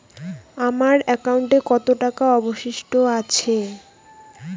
আমার একাউন্টে কত টাকা অবশিষ্ট আছে?